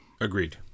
agreed